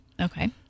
Okay